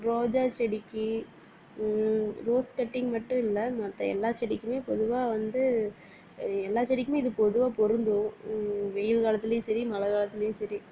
ரோஜா செடிக்கு rose cutting மட்டும் இல்லை மற்ற எல்லா செடிக்குமே பொதுவாக வந்து எல்லா செடிக்குமே இது பொதுவாக பொருந்தும் வெயில் காலத்துலேயும் சரி மழை காலத்துலேயும் சரி